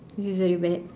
this is very bad